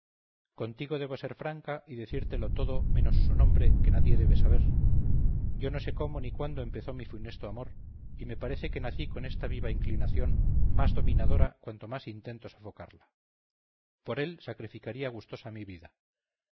contigo debo ser franca y decírtelo todo menos su nombre que nadie debe saber yo no sé cómo ni cuándo empezó mi funesto amor y me parece que nací con esta viva inclinación más dominadora cuanto más intento sofocarla por él sacrificaría gustosa mi vida